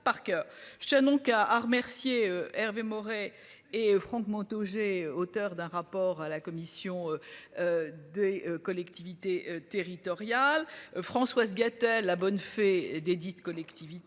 Shanon cas à remercier Hervé Maurey et Franck Montaugé, auteur d'un rapport à la commission. Des collectivités territoriales. Françoise Gatel, la bonne fée des dits de collectivité.